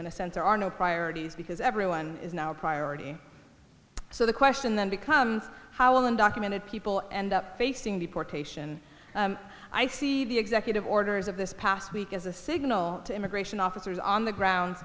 in a sense there are no priorities because everyone is now a priority so the question then becomes how will undocumented people end up facing deportation i see the executive orders of this past week as a signal to immigration officers on the ground